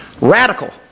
radical